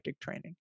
training